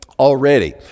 already